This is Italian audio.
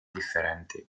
differenti